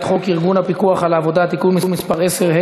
חוק ארגון הפיקוח על העבודה (תיקון מס' 10),